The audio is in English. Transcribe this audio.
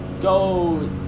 go